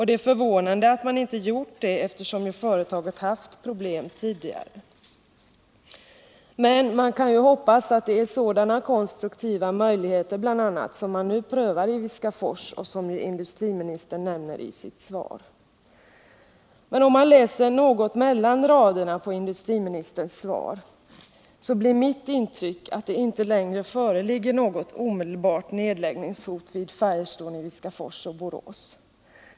Det är förvånande att man inte gjort det, eftersom ju företaget haft problem tidigare. Men vi kan ju hoppas att det bl.a. är sådana konstruktiva möjligheter som man nu prövar i Viskafors och som industriministern nämner i sitt svar. Om jag läser något mellan raderna i industriministerns svar, blir mitt intryck att det inte längre föreligger något omedelbart nedläggningshot vid Firestone i Viskafors och Borås.